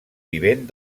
vivent